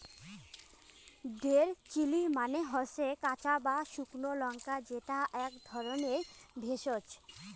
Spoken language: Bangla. রেড চিলি মানে হসে কাঁচা বা শুকনো লঙ্কা যেটা আক ধরণের ভেষজ